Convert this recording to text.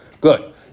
Good